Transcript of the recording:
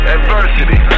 Adversity